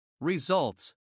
Results